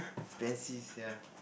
fancy sia